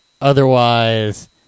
otherwise